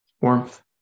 warmth